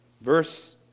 Verse